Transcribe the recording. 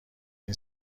این